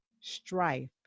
strife